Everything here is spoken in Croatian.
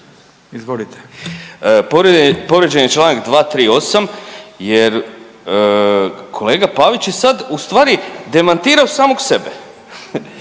Izvolite.